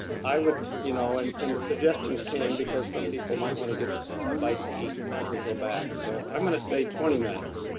i would you know, and and the suggestions came because some people might want to get a bite to eat before we go back, so i'm going to say twenty minutes,